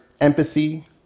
empathy